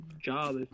job